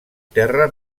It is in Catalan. terra